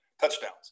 Touchdowns